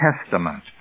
Testament